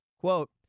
Quote